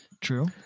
True